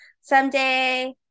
someday